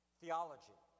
theology